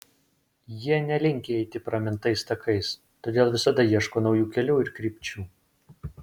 jie nelinkę eiti pramintais takais todėl visada ieško naujų kelių ir krypčių